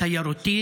תיירותית